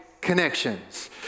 Connections